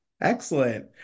Excellent